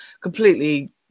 completely